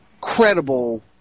credible